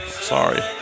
Sorry